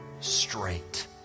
straight